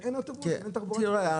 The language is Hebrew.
ואין אוטובוס של התחבורה הציבורי.